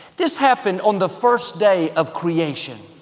this happened on the first day of creation.